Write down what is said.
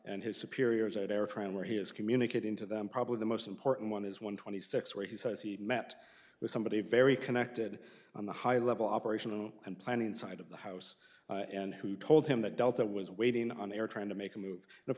and his superiors at air tran where he is communicating to them probably the most important one is one twenty six where he says he met with somebody very connected on the high level operational and planning side of the house and who told him that delta was waiting on the air trying to make a move and of